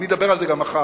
אני אדבר על זה גם מחר,